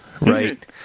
right